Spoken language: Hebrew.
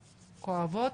כואבות.